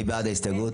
מי בעד קבלת ההסתייגות?